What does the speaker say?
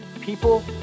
people